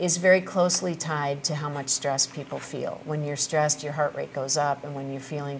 is very closely tied to how much stress people feel when you're stressed your heart rate goes up and when you're feeling